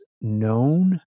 known